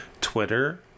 Twitter